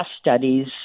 studies